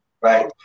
right